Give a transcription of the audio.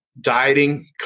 dieting